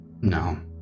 No